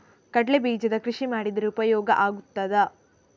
ಕಡ್ಲೆ ಬೀಜದ ಕೃಷಿ ಮಾಡಿದರೆ ಉಪಯೋಗ ಆಗುತ್ತದಾ?